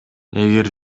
эгер